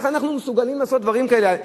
איך אנחנו מסוגלים לעשות דברים כאלה?